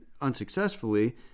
unsuccessfully